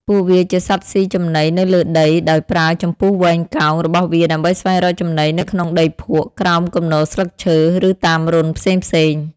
ពួកវាជាសត្វស៊ីចំណីនៅលើដី ដោយប្រើ ចំពុះវែងកោង របស់វាដើម្បីស្វែងរកចំណីនៅក្នុងដីភក់ ក្រោមគំនរស្លឹកឈើ ឬតាមរន្ធផ្សេងៗ។